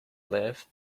live